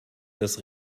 dass